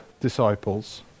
disciples